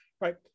right